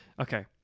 okay